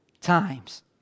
times